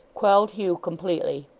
quelled hugh completely.